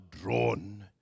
drawn